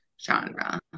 genre